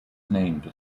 named